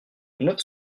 neuf